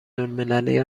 المللی